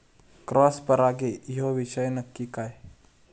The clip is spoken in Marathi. क्रॉस परागी ह्यो विषय नक्की काय?